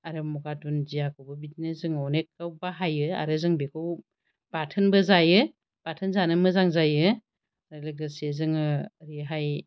आरो मगा दुनदियाखौबो बिदिनो जोङो अनेक गाव बाहायो आरो जों बेखौ बाथोनबो जायो बाथोन जानो मोजां जायो लोगोसे जोङो ओरैहाय